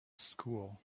school